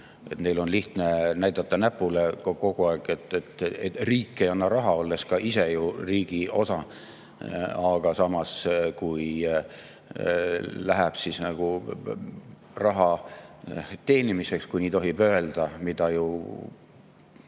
Neil on lihtne näidata näpuga kogu aeg, et riik ei anna raha, olles samas ka ise ju riigi osa. Aga kui läheb raha teenimiseks, kui nii tohib öelda, mida ju